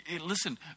Listen